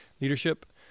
leadership